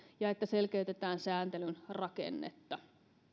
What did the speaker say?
ja että selkeytetään sääntelyn rakennetta